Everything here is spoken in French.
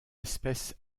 espèce